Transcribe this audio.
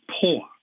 poor